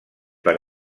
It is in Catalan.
per